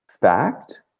fact